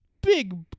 big